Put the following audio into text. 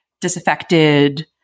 disaffected